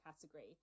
category